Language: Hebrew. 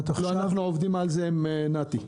אנחנו עובדים על זה עם נת"י.